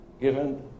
given